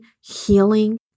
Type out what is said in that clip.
healing